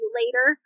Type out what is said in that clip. later